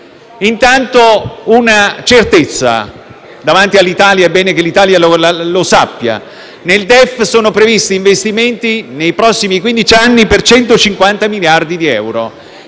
Intanto una certezza davanti all'Italia ed è bene che essa lo sappia: nel DEF sono previsti investimenti nei prossimi quindici anni per 150 miliardi di euro,